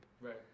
Right